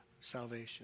salvation